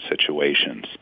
situations